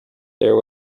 there